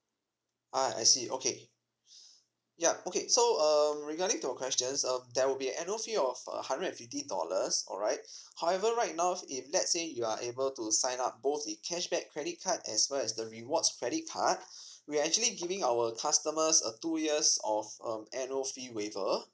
ah I see okay ya okay so um regarding to your questions uh there will be annual fee of a hundred and fifty dollars alright however right now if let's say you are able to sign up both in cashback credit card as well as the rewards credit card we're actually giving our customers a two years of um annual fee waiver